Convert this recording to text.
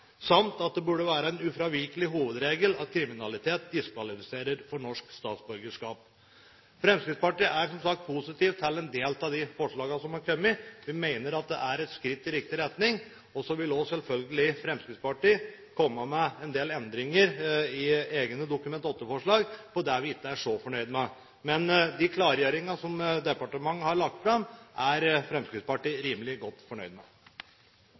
samt at det burde være en ufravikelig hovedregel at kriminalitet diskvalifiserer for norsk statsborgerskap. Fremskrittspartiet er som sagt positiv til en del av de forslagene som har kommet. Vi mener det er skritt i riktig retning. Fremskrittspartiet vil selvfølgelig også komme med forslag til en del endringer i egne Dokument 8-forslag av det vi ikke er så fornøyd med. Men de klargjøringene som departementet har lagt fram, er Fremskrittspartiet rimelig godt fornøyd med.